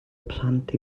plant